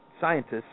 scientists